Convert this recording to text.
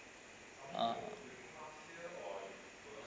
ah